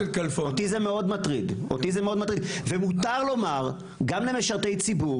אותי זה מאוד מטריד ומותר לומר גם למשרתי ציבור